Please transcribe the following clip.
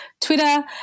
Twitter